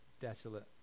desolate